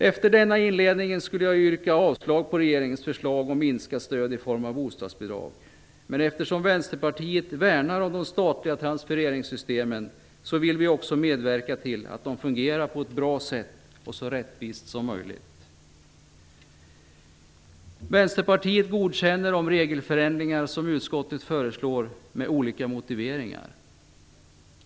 Efter denna inledning skulle jag egentligen yrka avslag på regeringens förslag om minskat stöd i form av bostadsbidrag, men eftersom Vänsterpartiet värnar om de statliga transfereringssystemen vill vi också medverka till att de fungerar på ett bra sätt och så rättvist som möjligt. Vänsterpartiet godkänner de regelförändringar som utskottet föreslår, med olika motiveringar.